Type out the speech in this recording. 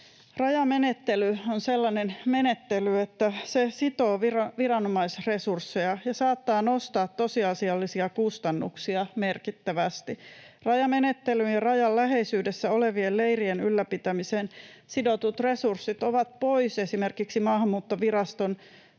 Rajamenettely on sellainen menettely, että se sitoo viranomaisresursseja ja saattaa nostaa tosiasiallisia kustannuksia merkittävästi. Rajamenettelyn ja rajan läheisyydessä olevien leirien ylläpitämiseen sidotut resurssit ovat pois esimerkiksi Maahanmuuttoviraston